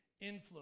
influence